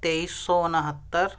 تیئیس سو انہتر